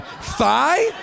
thigh